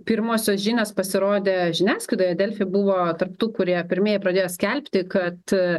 pirmosios žinios pasirodė žiniasklaidoje delfi buvo tarp tų kurie pirmieji pradėjo skelbti kad